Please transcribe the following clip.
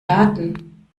daten